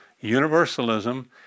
universalism